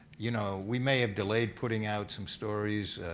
you know, we may have delayed putting out some stories,